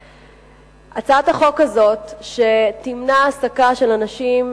הצעת החוק תועבר להכנתה לקריאה ראשונה לוועדת העבודה,